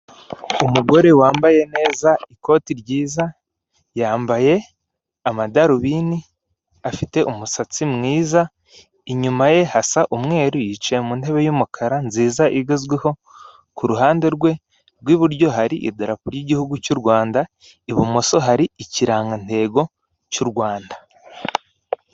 Umugore wambaye neza ikoti ryiza, yambaye amadarubindi, afite umusatsi mwiza, inyuma ye hasa umweru yicaye mu ntebe y'umukara nziza igezweho kuruhande rwe rw'iburyo hari idarapo ry'igihugu cyu' urwanda, ibumoso hari ikirangantego cy'urwanda.